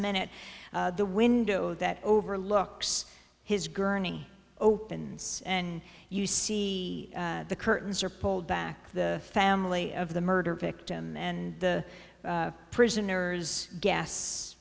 minute the window that overlooks his gurney opens and you see the curtains are pulled back the family of the murder victim and and the prisoners g